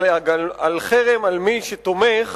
אלא גם חרם על מי שתומך